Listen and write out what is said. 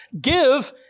give